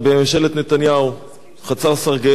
חצר-סרגיי, זה היה בממשלת נתניהו.